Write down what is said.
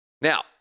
Now